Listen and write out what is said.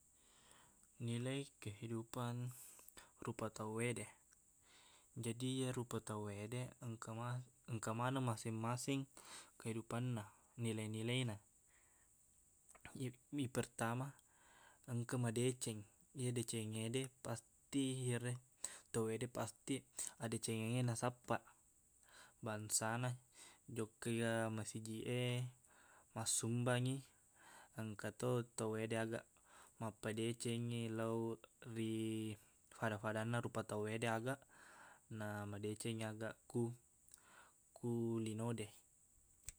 Nilai kehidupang rupa tauwede. Jadi, iye rupa tauwede, engka ma- engka maneng masing-masing kehidupanna, nilai-nilaina. Mipertama, engka madeceng. Iye decengngede, pasti yareq- tauwede pasti addecengengnge nasappa. Bangsana, jokkai ga masijiq e, massumbangngi, engkato tauwede aga mappadecengngi lao ri fada-fadanna rupa tauwede aga, na madecengngi aga ku lino de.